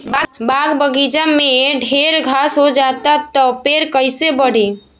बाग बगइचा में ढेर घास हो जाता तो पेड़ कईसे बढ़ी